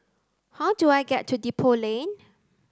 how do I get to Depot Lane